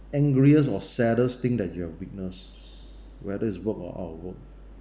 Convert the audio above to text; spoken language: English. angriest or saddest thing that you have witness whether is work or out of work